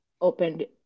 opened